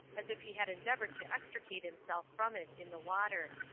as if he had endeavored to extricate himself from it in the water.